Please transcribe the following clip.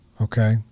Okay